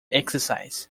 exercise